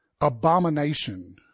abomination